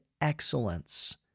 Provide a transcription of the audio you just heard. excellence